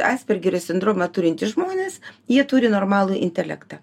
aspergerio sindromą turintys žmonės jie turi normalų intelektą